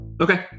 Okay